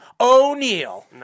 O'Neal